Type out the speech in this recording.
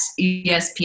ESPN